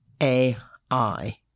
AI